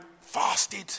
fasted